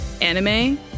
anime